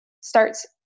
starts